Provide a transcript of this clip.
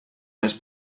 més